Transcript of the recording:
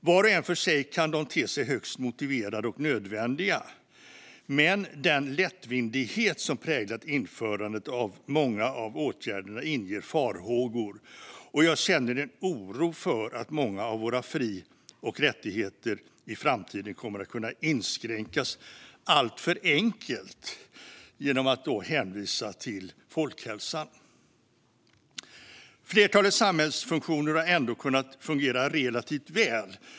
Var för sig kan de te sig högst motiverade och nödvändiga, men den lättvindighet som präglat införandet av många av åtgärderna inger farhågor. Jag känner en oro för att många av våra fri och rättigheter i framtiden kommer att kunna inskränkas alltför enkelt genom att man hänvisar till folkhälsan. Flertalet samhällsfunktioner har ändå kunnat fungera relativt väl.